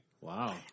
Wow